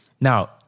now